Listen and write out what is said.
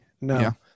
No